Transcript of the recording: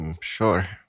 Sure